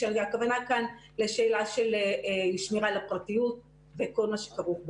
כשהכוונה כאן לשאלה של שמירה על הפרטיות וכל מה שכרוך בכך.